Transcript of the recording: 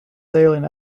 sailing